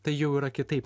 tai jau yra kitaip